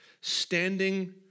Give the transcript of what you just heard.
standing